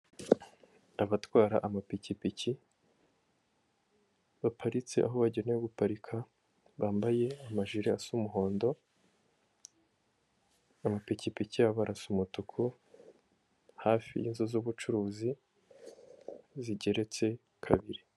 Abatwara amapikipiki baparitse aho bagenewe guparika, bambaye amajire asa umuhondo, amapikipiki arasa umutuku hafi y'inzu z'ubucuruzi zigeretse kabiri.